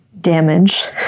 Damage